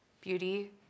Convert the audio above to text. beauty